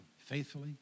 faithfully